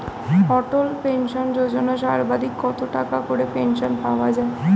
অটল pension Yojana সর্বাধিক কত টাকা করে পেনশন পাওয়া যায়?